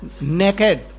naked